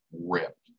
ripped